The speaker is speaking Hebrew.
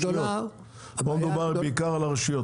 פה מדובר בעיקר על הרשויות.